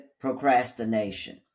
procrastination